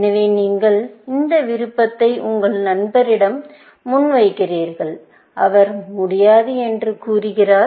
எனவே நீங்கள் இந்த விருப்பத்தை உங்கள் நண்பரிடம் முன்வைக்கிறீர்கள் அவர் முடியாது என்று கூறுகிறார்